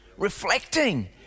reflecting